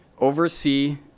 oversee